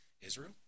Israel